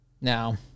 Now